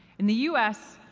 in the us,